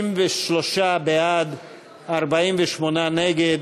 63 בעד, 48 נגד,